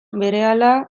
berehala